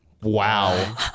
Wow